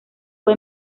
fue